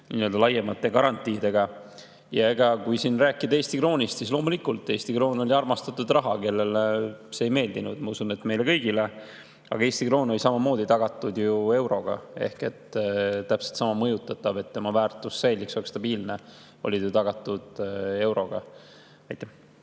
laiemate garantiidega. Kui rääkida Eesti kroonist, siis loomulikult, Eesti kroon oli armastatud raha. Kellele see ei meeldinud? Ma usun, et meile kõigile [meeldis]. Aga Eesti kroon oli samamoodi tagatud ju euroga ehk täpselt sama mõjutatav. Et tema väärtus säiliks, et ta oleks stabiilne, oli ta tagatud euroga. Aitäh!